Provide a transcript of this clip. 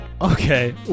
Okay